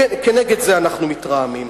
ונגד זה אנחנו מתרעמים.